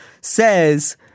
says